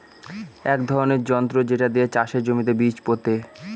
এক ধরনের যন্ত্র যেটা দিয়ে চাষের জমিতে বীজ পোতে